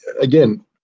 again